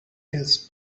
his